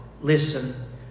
Listen